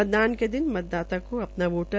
मतदान के दिन मतदाता को अपना वोटर